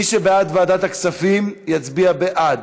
מי שבעד ועדת הכספים יצביע בעד.